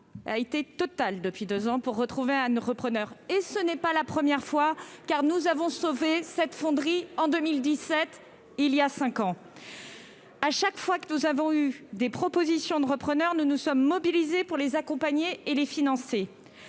a été totale depuis deux ans pour retrouver un repreneur. On aura tout entendu ! Et ce n'est pas la première fois, car nous avons sauvé cette fonderie il y a cinq ans, en 2017. À chaque fois qu'il y a eu des propositions de repreneurs, nous nous sommes mobilisés pour les accompagner et les financer.